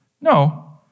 No